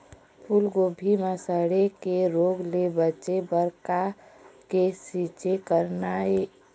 फूलगोभी म सड़े के रोग ले बचे बर का के छींचे करना ये?